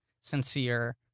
sincere